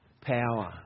power